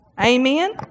Amen